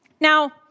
Now